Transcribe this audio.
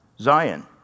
Zion